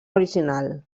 original